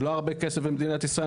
זה לא הרבה כסף למדינת ישראל.